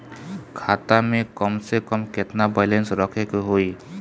खाता में कम से कम केतना बैलेंस रखे के होईं?